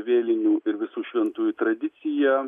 vėlinių ir visų šventųjų tradiciją